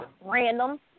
random